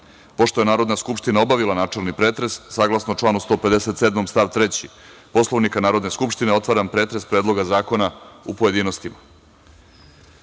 je Narodna skupština obavila načelni pretres, saglasno članu 157. stav 3. Poslovnika Narodne skupštine, otvaram pretres Predloga zakona u pojedinostima. Na